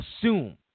assume